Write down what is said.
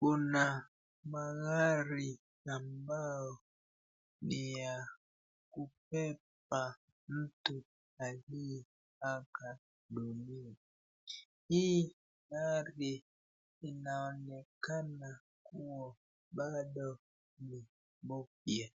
kuna magari ambao ni ya kubeba mtu aliyeaga dunia . Hii ni gari inaonekana kuwa bado mpya.